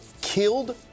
killed